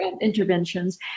interventions